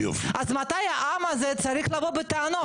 אז מתי העם הזה צריך לבוא בטענות?